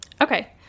Okay